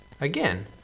Again